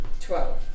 Twelve